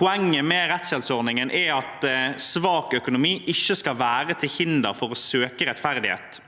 Poenget med rettshjelpsordningen er at svak økonomi ikke skal være til hinder for å søke rettferdighet.